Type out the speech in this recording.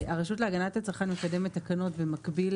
הרשות להגנת הצרכן מקדמת תקנות במקביל